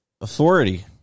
authority